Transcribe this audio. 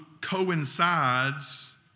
coincides